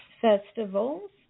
festivals